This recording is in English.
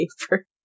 paper